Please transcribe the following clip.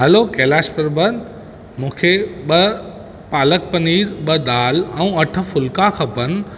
hello Kailash Parbat मूंखे ॿ पालक पनीर ॿ दाल ऐं अठ फुलिका खपनि